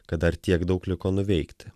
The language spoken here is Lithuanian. kad dar tiek daug liko nuveikti